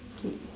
okay